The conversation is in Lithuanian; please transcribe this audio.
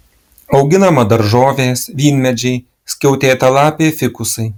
auginama daržovės vynmedžiai skiautėtalapiai fikusai